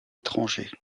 étrangers